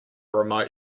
remote